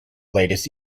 latest